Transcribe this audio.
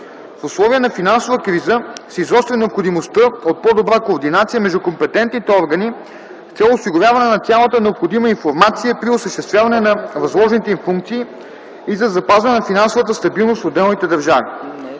В условия на финансова криза се изостря необходимостта от по-добра координация между компетентните органи с цел осигуряване на цялата необходима информация при осъществяване на възложените им функции и за запазване на финансовата стабилност в отделните държави.